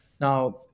Now